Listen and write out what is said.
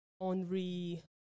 Henri